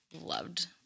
loved